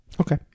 Okay